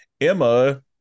Emma